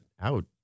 out